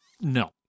No